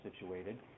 situated